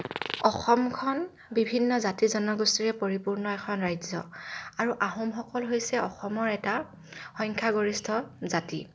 অসমখন বিভিন্ন জাতি জনগোষ্ঠীৰে এখন পৰিপূৰ্ণ ৰাজ্য আৰু আহোমসকল হৈছে অসমৰ এটা সংখ্যাগৰিষ্ঠ জাতি